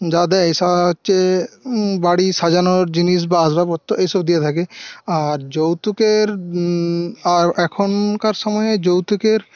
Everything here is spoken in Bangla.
যা দেয় তা হচ্ছে বাড়ি সাজানোর জিনিস বা আসবাবপত্র এসব দিয়ে থাকে আর যৌতুকের আর এখনকার সময়ে যৌতুকের